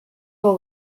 abo